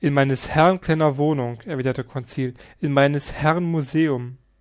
in meines herrn kleiner wohnung erwiderte conseil in meines herrn museum